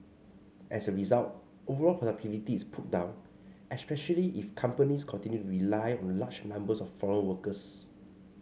as a result overall productivity is pulled down especially if companies continue to rely on large numbers of foreign workers